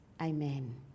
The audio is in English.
amen